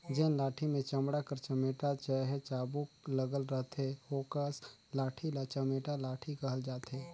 जेन लाठी मे चमड़ा कर चमेटा चहे चाबूक लगल रहथे ओकस लाठी ल चमेटा लाठी कहल जाथे